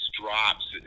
drops